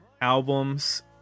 albums